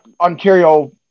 Ontario